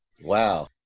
Wow